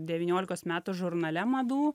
devyniolikos metų žurnale madų